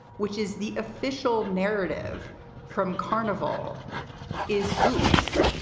which is the official narrative from carnival is whoops.